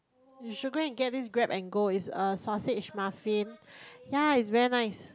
you should go and get this Grab and Go it's uh sausage muffin ya it's very nice